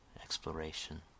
exploration